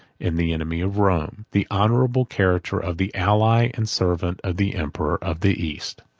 in the enemy of rome, the honorable character of the ally and servant of the emperor of the east.